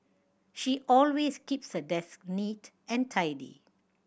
she always keeps her desk neat and tidy